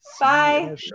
Bye